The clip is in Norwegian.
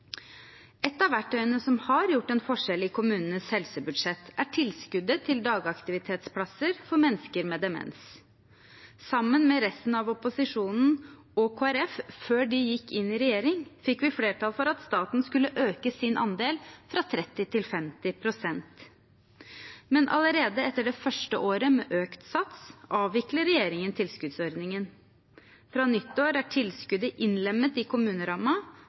Et av verktøyene som har gjort en forskjell i kommunenes helsebudsjett, er tilskuddet til dagaktivitetsplasser for mennesker med demens. Sammen med resten av opposisjonen og Kristelig Folkeparti – før de gikk inn i regjering – fikk vi flertall for at staten skulle øke sin andel fra 30 pst. til 50 pst. Men allerede etter det første året med økt sats avviklet regjeringen tilskuddsordningen. Fra nyttår er tilskuddet innlemmet i